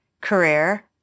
career